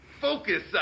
focus